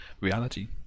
reality